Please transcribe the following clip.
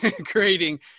creating